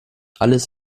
alles